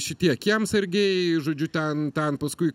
šitie kiemsargiai žodžiu ten ten paskui